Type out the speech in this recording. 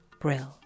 brill